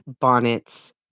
bonnets